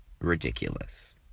ridiculous